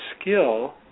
skill